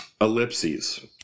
ellipses